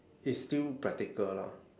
he's still practical lah